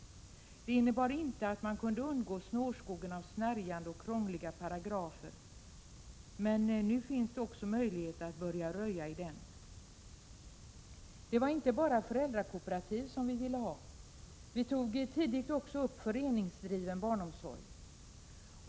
Det innebar inte att man kunde undgå snårskogen av snärjande och krångliga paragrafer, men nu finns det möjlighet att börja röja i den. Det var inte bara föräldrakooperativ som vi ville ha. Vi tog tidigt också upp frågan om föreningsdriven barnomsorg.